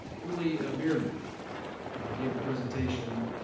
emily behrmann gave a presentation.